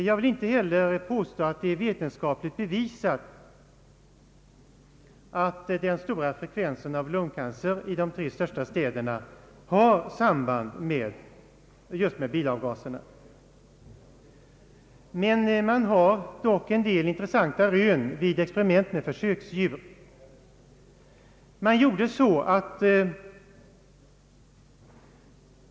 Jag vill inte påstå att det är vetenskapligt bevisat att den stora frekvensen av lungcancer i de tre största städerna har samband just med bilavgaserna, men det har gjorts en del intressanta rön vid experiment med försöksdjur.